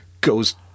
goes